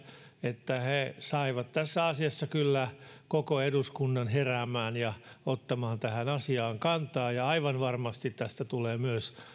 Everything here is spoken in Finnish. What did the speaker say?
että he saivat tässä asiassa kyllä koko eduskunnan heräämään ja ottamaan tähän asiaan kantaa ja aivan varmasti tästä tulee myös